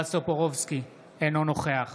בועז טופורובסקי, אינו נוכח